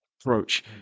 approach